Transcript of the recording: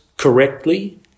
Correctly